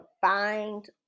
find